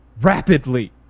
rapidly